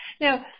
Now